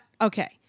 Okay